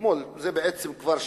זה בעצם כבר שלשום,